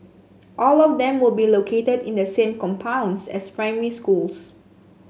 all of them will be located in the same compounds as primary schools